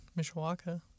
Mishawaka